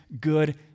good